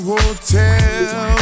Hotel